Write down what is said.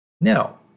Now